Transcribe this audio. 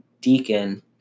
Deacon